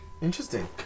Interesting